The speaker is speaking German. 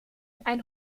ein